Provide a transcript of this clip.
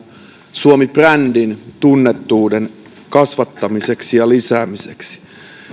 suomi brändin tunnettuuden kasvattamiseksi ja lisäämiseksi